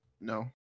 No